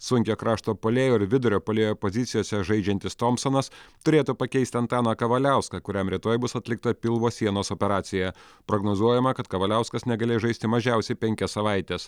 sunkiojo krašto puolėjo ir vidurio puolėjo pozicijose žaidžiantis tompsonas turėtų pakeisti antaną kavaliauską kuriam rytoj bus atlikta pilvo sienos operacija prognozuojama kad kavaliauskas negalės žaisti mažiausiai penkias savaites